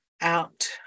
out